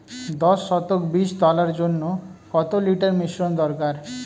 দশ শতক বীজ তলার জন্য কত লিটার মিশ্রন দরকার?